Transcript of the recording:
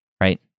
right